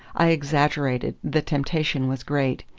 i exaggerated, the temptation was great.